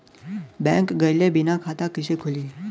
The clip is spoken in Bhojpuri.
बैंक गइले बिना खाता कईसे खुली?